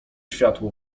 światło